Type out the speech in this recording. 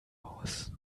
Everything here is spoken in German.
aus